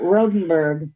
Rodenberg